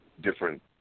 different